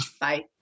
Bye